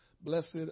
Blessed